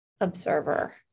observer